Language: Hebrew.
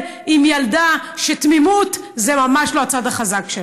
עם ילדה שתמימות זה ממש לא הצד החזק שלה.